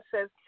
says